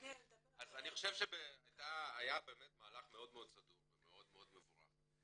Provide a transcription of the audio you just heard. אז אני חושב שהיה מהלך מאוד סדור ומאוד מבורך,